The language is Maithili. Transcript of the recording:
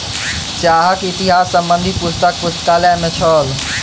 चाहक इतिहास संबंधी पुस्तक पुस्तकालय में छल